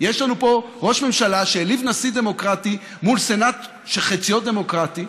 יש לנו פה ראש ממשלה שהעליב נשיא דמוקרטי מול סנאט שחציו דמוקרטי,